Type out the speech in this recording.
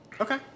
Okay